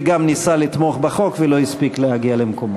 ניסה לתמוך בחוק ולא הספיק להגיע למקומו.